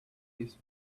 his